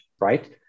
right